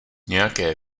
nějaké